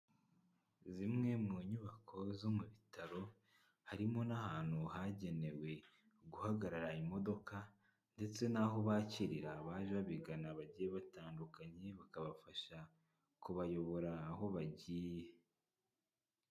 Zimwe mu nyubako zo mu bitaro, harimo n'ahantu hagenewe guhagarara imodoka ndetse n'aho bakirira abaje babigana bagiye batandukanye, bakabafasha kubayobora aho bagiye.